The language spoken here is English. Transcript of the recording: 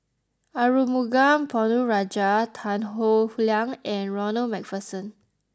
Arumugam Ponnu Rajah Tan Howe Liang and Ronald MacPherson